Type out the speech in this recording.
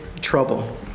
trouble